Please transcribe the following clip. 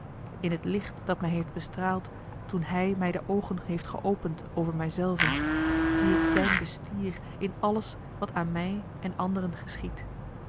in het licht dat mij heeft bestraald toen hij mij de oogen heeft geopend over mij zelven zie ik zijn bestier in alles wat aan mij en anderen geschiedt